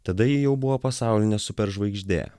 tada ji jau buvo pasaulinė superžvaigždė